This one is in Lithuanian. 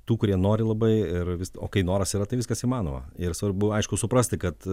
tų kurie nori labai ir vis o kai noras yra tai viskas įmanoma ir svarbu aišku suprasti kad